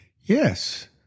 Yes